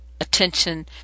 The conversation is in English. attention